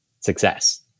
success